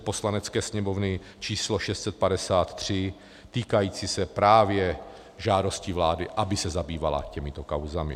Poslanecké sněmovny číslo 653 týkající se právě žádosti vlády, aby se zabývala těmito kauzami.